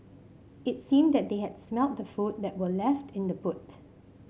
it seemed that they had smelt the food that were left in the boot